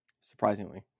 Surprisingly